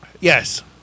Yes